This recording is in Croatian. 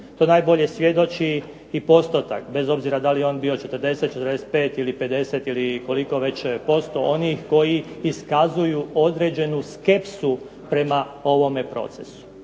To najbolje svjedoči i postotak, bez obzira da li je on bio 40, 45 ili 50 ili koliko već posto onih koji iskazuju određenu skepsu prema ovome procesu.